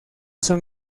son